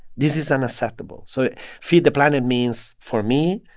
this is unacceptable. so feed the planet means, for me,